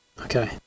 Okay